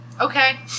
Okay